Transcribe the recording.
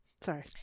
Sorry